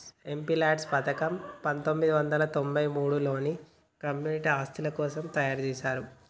MPLADS పథకం పందొమ్మిది వందల తొంబై మూడులో కమ్యూనిటీ ఆస్తుల కోసం తయ్యారుజేశారు